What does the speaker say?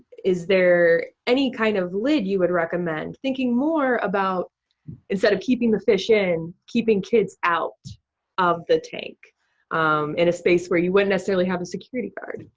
is there any kind of lid you would recommend, thinking more about instead of keeping the fish in, keeping kids out of the tank in a space where you wouldn't necessarily have a security guard.